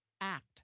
act